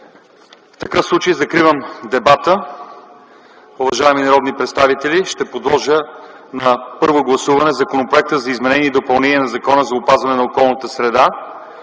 В такъв случай закривам дебата. Уважаеми народни представители, моля, гласувайте на първо четене Законопроекта за изменение и допълнение на Закона за опазване на околната среда,